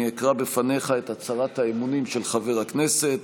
אני אקרא בפניך את הצהרת האמונים של חבר הכנסת,